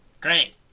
Great